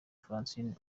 francine